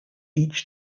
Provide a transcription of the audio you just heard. each